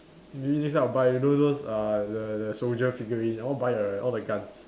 maybe next time I buy those those uh the the soldier figurine I want to buy the all the guns